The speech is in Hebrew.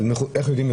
איך ידעו?